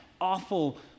awful